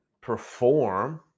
perform